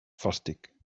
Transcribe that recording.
fàstic